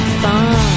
fun